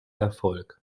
erfolg